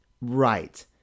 Right